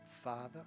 father